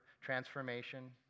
transformation